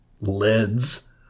lids